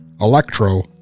Electro